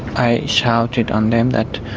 i shouted on them that,